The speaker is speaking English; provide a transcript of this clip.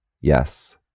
Yes